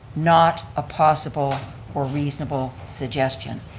not a possible or reasonable suggestion.